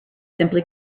simply